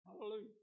Hallelujah